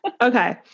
Okay